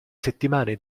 settimane